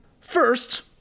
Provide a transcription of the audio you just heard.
First